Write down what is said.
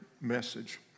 message